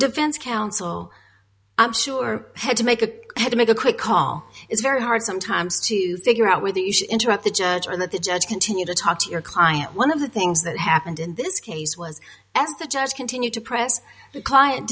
defense counsel i'm sure had to make a had to make a quick call it's very hard sometimes to figure out whether you should interrupt the judge or that the judge continued to talk to your client one of the things that happened in this case was as the judge continued to press the client